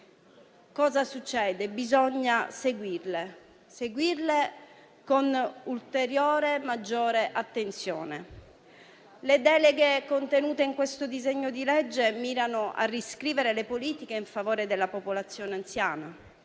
Cosa succede? Bisogna seguirle con ulteriore e maggiore attenzione. Le deleghe contenute in questo disegno di legge mirano a riscrivere le politiche in favore della popolazione anziana.